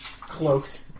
cloaked